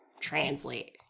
translate